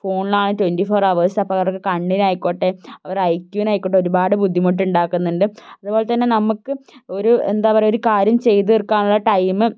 ഫോണിലാണ് twenty four ഹവേഴ്സും അപ്പോൾ അവർക്ക് കണ്ണിനു ആയിക്കോട്ടെ അവരുടെ ഐ ക്യുവിന് ആയിക്കോട്ടെ ഒരുപാട് ബുദ്ധിമുട്ടുണ്ടാക്കുന്നുണ്ട് അതുപോലെത്തന്നെ നമുക്ക് ഒരു എന്താ പറയുക ഒരു കാര്യം ചെയ്തുതീര്ക്കാനുള്ള ടൈമും